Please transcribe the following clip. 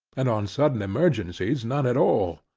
and on sudden emergencies, none at all.